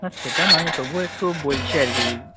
না সেটা নয় তবুও একটু বলছি আর কি